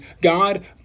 God